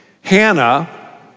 Hannah